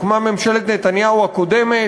הוקמה ממשלת נתניהו הקודמת.